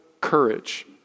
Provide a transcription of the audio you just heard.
courage